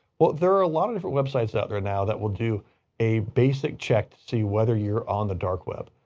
well, there are a lot of different websites out there now that will do a basic check to see whether you're on the dark web.